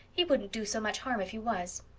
he wouldn't do so much harm if he was.